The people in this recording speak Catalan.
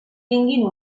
tinguin